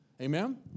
Amen